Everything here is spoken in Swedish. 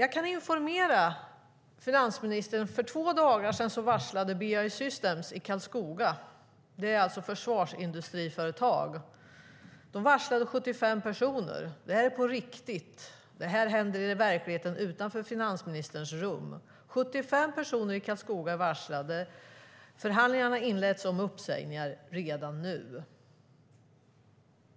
Jag kan informera finansministern om att för två dagar sedan varslade försvarsindustriföretaget BAE Systems i Karlskoga 75 personer. Det här är på riktigt. Det händer i verkligheten utanför finansministerns rum. 75 personer i Karlskoga är varslade. Förhandlingar har inletts om uppsägningar redan nu.